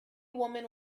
woman